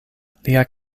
lia